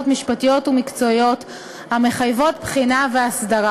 משפטיות ומקצועיות המחייבות בחינה והסדרה: